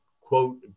quote